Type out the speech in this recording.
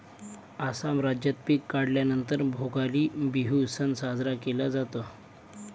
आसाम राज्यात पिक काढल्या नंतर भोगाली बिहू सण साजरा केला जातो